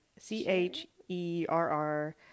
C-H-E-R-R